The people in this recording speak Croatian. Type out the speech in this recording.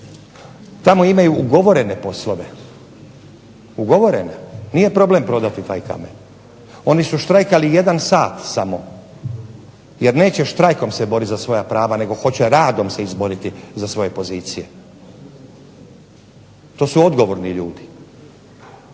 Tamo imaju ugovorene poslove, ugovorene. Nije problem prodati taj kamen. Oni su štrajkali jedan sat samo jer neće štrajkom se boriti za svoja prava nego hoće radom se izboriti za svoje pozicije. To su odgovorni ljudi.